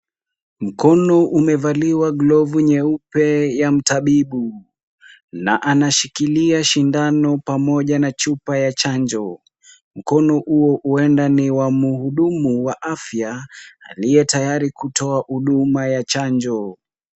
Mkono umevaliwa glovu nyeupe ya mtabibu na anashikilia sindano pamoja na chupa ya chanjo. Mkono huo huenda ni wa mhudumu wa afya aliye tayari kutoa huduma ya chanjo.